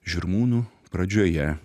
žirmūnų pradžioje